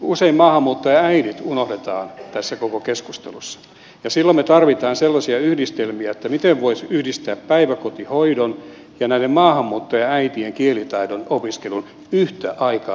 usein maahanmuuttajaäidit unohdetaan tässä koko keskustelussa ja silloin me tarvitsemme sellaisia yhdistelmiä miten voisi yhdistää päiväkotihoidon ja näiden maahanmuuttajaäitien kielitaidon opiskelun yhtä aikaa tapahtuvaksi